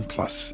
Plus